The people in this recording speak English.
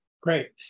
Great